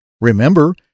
Remember